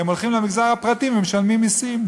הם הולכים למגזר הפרטי ומשלמים מסים,